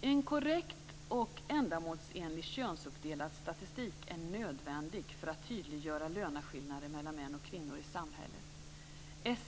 En korrekt och ändamålsenlig könsuppdelad statistik är nödvändig för att tydliggöra löneskillnaderna mellan män och kvinnor i samhället.